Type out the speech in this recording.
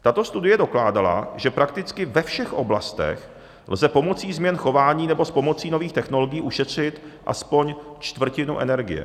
Tato studie dokládala, že prakticky ve všech oblastech lze s pomocí změn chování nebo s pomocí nových technologií ušetřit aspoň čtvrtinu energie.